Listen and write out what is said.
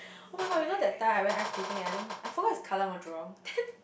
[oh]-my-god you know that time I went ice skating I think I forgot it's Kallang or Jurong then